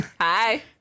hi